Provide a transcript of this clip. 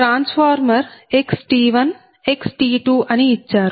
transformer xT1 xT2 అని ఇచ్చారు